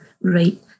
right